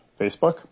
Facebook